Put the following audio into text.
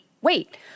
wait